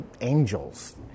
angels